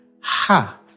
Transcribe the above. Ha